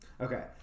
Okay